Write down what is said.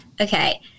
Okay